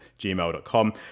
gmail.com